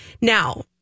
Now